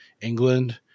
England